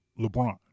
LeBron